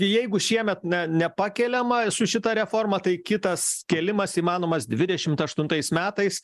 jeigu šiemet nepakeliama su šita reforma tai kitas kėlimas įmanomas dvidešimt aštuntais metais